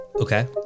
okay